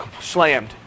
slammed